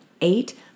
eight